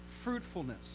fruitfulness